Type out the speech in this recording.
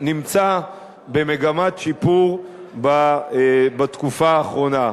נמצא במגמת שיפור בתקופה האחרונה.